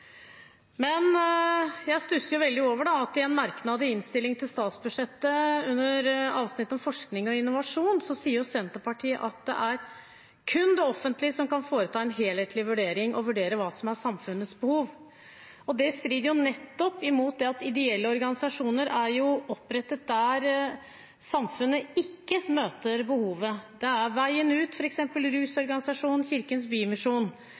Men jeg stusser veldig over at i en merknad i innstillingen til statsbudsjettet under avsnittet om forskning og innovasjon sier Senterpartiet at «det er kun det offentlige som kan foreta helhetlige vurderinger av hva som er samfunnets behov». Det strider nettopp mot det at ideelle organisasjoner er opprettet der samfunnet ikke møter behovet. Det er f.eks. rusorganisasjonen Veien Ut, Kirkens Bymisjon